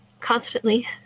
constantly